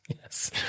yes